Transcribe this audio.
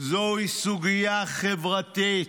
זוהי סוגיה חברתית,